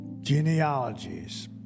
genealogies